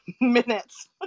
minutes